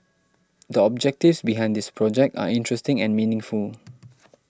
the objectives behind this project are interesting and meaningful